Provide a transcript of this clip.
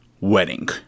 wedding